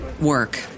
work